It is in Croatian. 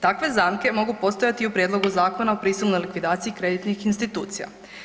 Takve zamke mogu postojati i u Prijedlogu zakona o prisilnoj likvidaciji kreditnih institucija.